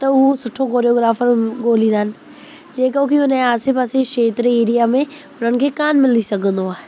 त हू सुठो कोरियोग्राफर ॻोल्हिंदा आहिनि जेको की उन जे आसे पासे खेत्र एरिया में रंगी कोन मिली सघंदो आहे